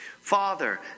Father